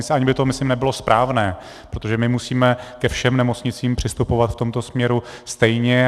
Ani by to myslím nebylo správné, protože my musíme ke všem nemocnicím přistupovat v tomto směru stejně.